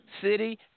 city